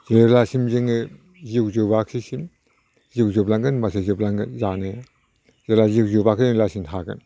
जेब्लासिम जोङो जिउ जोबाखैसिम जिउ जोबलांगोन होनबासो जोबलांगोन जानाया जेब्ला जिउ जोबाखै अब्लासिम थागोन